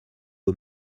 aux